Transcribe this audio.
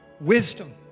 Wisdom